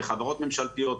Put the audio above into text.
בחברות ממשלתיות,